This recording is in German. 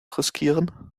riskieren